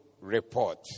report